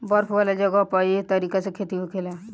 बर्फ वाला जगह पर एह तरीका से खेती होखेला